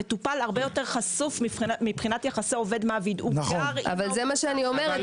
המטופל הרבה יותר חשוף מבחינת יחסי עובד-מעביד --- זה מה שאני אומרת.